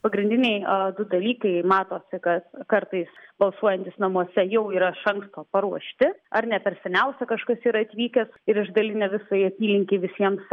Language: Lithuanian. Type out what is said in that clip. pagrindiniai du dalykai matosi kas kartais balsuojantys namuose jau yra iš anksto paruošti ar ne per seniausia kažkas yra atvykęs ir išdalinę visai apylinkei visiems